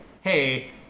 hey